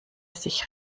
sich